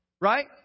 Right